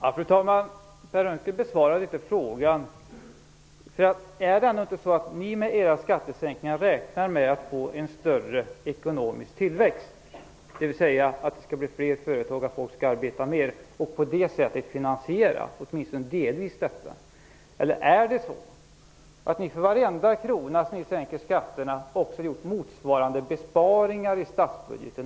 Fru talman! Per Unckel besvarade inte frågan. Är det inte så att ni med era skattesänkningar räknar med att få en större ekonomisk tillväxt, dvs. att det skall bli fler företag och att folk skall arbeta mer, och på det sättet finansiera detta, åtminstone delvis? Eller har ni för varje krona ni sänker skatterna också gjort motsvarande besparingar i statsbudgeten?